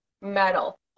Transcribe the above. metal